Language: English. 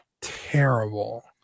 terrible